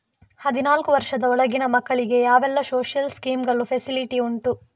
ಹದಿನಾಲ್ಕು ವರ್ಷದ ಒಳಗಿನ ಮಕ್ಕಳಿಗೆ ಯಾವೆಲ್ಲ ಸೋಶಿಯಲ್ ಸ್ಕೀಂಗಳ ಫೆಸಿಲಿಟಿ ಉಂಟು?